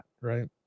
Right